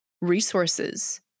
resources